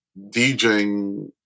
DJing